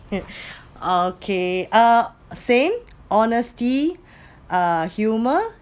okay uh same honesty uh humour